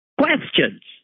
Questions